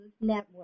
Network